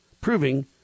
Proving